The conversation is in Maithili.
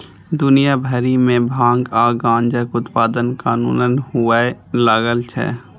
दुनिया भरि मे भांग आ गांजाक उत्पादन कानूनन हुअय लागल छै